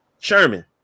Sherman